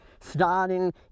starting